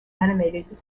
animated